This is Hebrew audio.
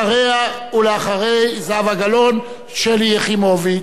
אחרי זהבה גלאון, שלי יחימוביץ.